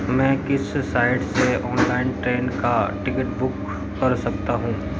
मैं किस साइट से ऑनलाइन ट्रेन का टिकट बुक कर सकता हूँ?